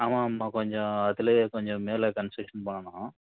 ஆமாம் ஆமாம் கொஞ்சம் அதுலையே கொஞ்சம் மேலே கன்ஸ்ட்ரக்ஷன் பண்ணனும்